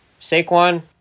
Saquon